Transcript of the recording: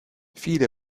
viele